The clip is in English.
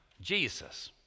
Jesus